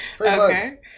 okay